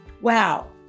wow